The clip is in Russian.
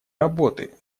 работы